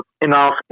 enough